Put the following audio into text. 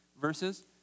verses